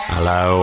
Hello